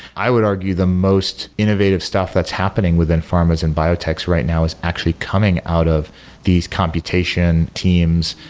i would argue the most innovative stuff that's happening within pharmas and biotech's right now is actually coming out of these computation teams,